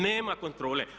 Nema kontrole.